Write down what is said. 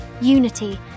unity